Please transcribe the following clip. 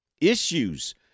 issues